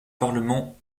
parlement